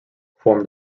form